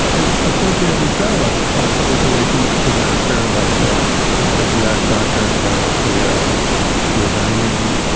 and appropriately so. a ah public relations disaster led to the head of u s. soccer. carlos cordero resigning.